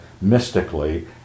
mystically